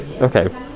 Okay